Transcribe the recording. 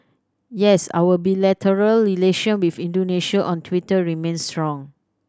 yes our bilateral relation with Indonesia on Twitter remains strong